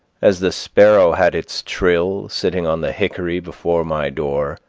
as the sparrow had its trill, sitting on the hickory before my door,